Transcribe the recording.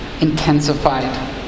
intensified